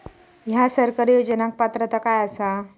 हया सरकारी योजनाक पात्रता काय आसा?